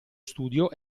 studio